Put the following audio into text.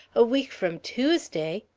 a week from tuesday!